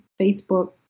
Facebook